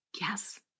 Yes